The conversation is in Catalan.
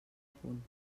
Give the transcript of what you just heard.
punt